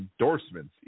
endorsements